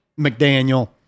McDaniel